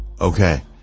Okay